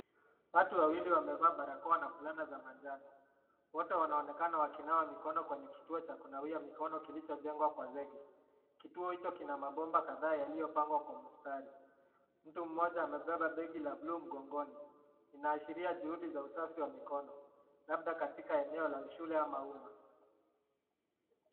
Watu wawili wamevaa barakoa na fulana za manjano, wote wanaonekana wakinawa mikono kwenye kituo cha kunawia mikono kilocho jengwa kwa zege. Kituo hicho kina mabomba yaliyopangwa kwa mstari. Mtu mmoja amebeba begi la blue mgongoni. Inaashiria huhudi za usafi wa mikono. Labda katika eneo la shule ama umma.